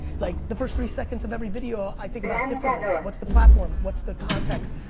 like, the first three seconds of every video, i think about differently. what's the platform? what's the context?